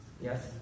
Yes